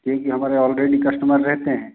क्योंकि हमारे यहाँ आलरेडी कस्टमर रहते हैं